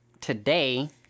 today